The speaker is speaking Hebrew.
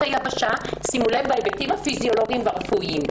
היבשה בהיבטים הפיזיולוגיים והרפואיים,